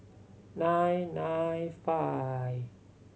nine nine five